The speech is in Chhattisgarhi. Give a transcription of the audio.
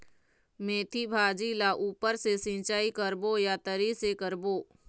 मेंथी भाजी ला ऊपर से सिचाई करबो या तरी से करबो?